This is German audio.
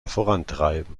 vorantreiben